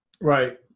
Right